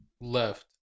left